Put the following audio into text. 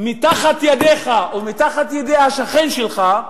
מתחת ידיך ומתחת ידי השכן שלך,